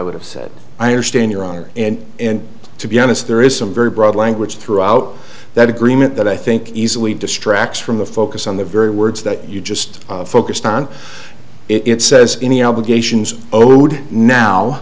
would have said i understand your honor and and to be honest there is some very broad language throughout that agreement that i think easily distracts from the focus on the very words that you just focused on it says any obligations o